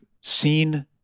seen